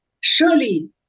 Surely